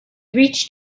reached